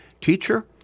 Teacher